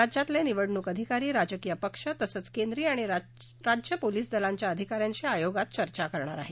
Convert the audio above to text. राज्यातले निवडणूक अधिकारी राजकीय पक्ष तसंच केंद्रीय आणि राज्य पोलिस दलांच्या अधिका यांशी आयोग आज चर्चा करणार आहे